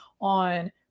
on